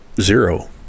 zero